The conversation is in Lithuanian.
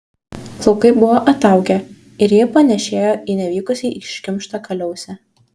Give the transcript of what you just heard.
plaukai buvo ataugę ir ji panėšėjo į nevykusiai iškimštą kaliausę